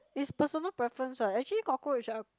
is personal preference what actually cockroach are